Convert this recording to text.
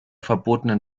verbotenen